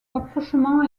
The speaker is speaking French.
rapprochement